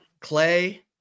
Clay –